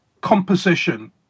composition